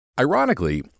Ironically